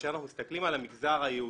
וכאשר אנחנו מסתכלים על המגזר היהודי